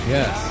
Yes